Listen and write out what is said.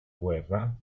guerra